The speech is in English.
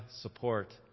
support